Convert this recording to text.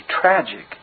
tragic